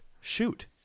Shoot